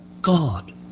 God